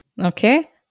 Okay